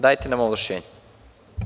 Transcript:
Dajte nam ovlašćenja.